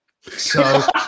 So-